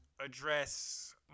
address